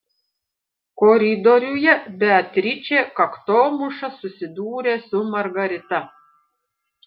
koridoriuje beatričė kaktomuša susidūrė su margarita